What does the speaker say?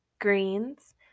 greens